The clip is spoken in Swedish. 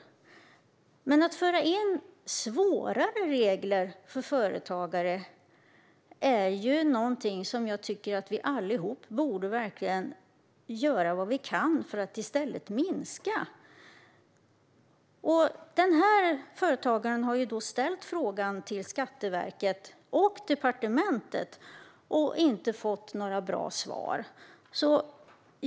Nu vill man föra in regler som gör det svårare för företagare, när jag tycker att vi i stället borde göra vad vi kan för att minska regeltrycket. Denna företagare har ställt en fråga till Skatteverket och till departementet och inte fått några bra svar.